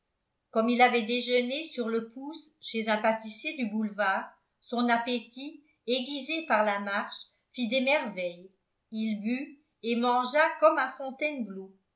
comme il avait déjeuné sur le pouce chez un pâtissier du boulevard son appétit aiguisé par la marche fit des merveilles il but et mangea comme à fontainebleau